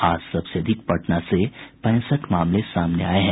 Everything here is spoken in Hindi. आज सबसे अधिक पटना से पैंसठ मामले सामने आये हैं